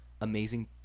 amazing